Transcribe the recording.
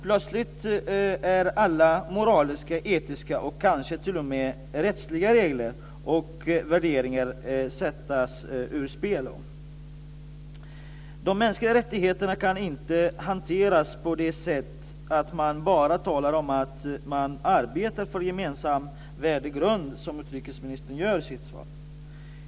Plötsligt är alla moraliska, etiska och kanske t.o.m. rättsliga regler och värderingar satta ur spel. De mänskliga rättigheterna kan inte hanteras på det sättet att man bara talar om att man arbetar för en gemensam värdegrund, som utrikesministern gör i sitt svar.